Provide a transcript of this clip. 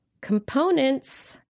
components